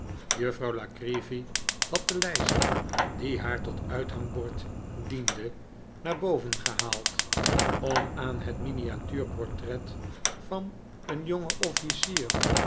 juffrouw la creevy had de lijst die haar tot uithangbord diende naar boven gehaald om aan het miniatuurportret van een jongen